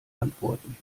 antworten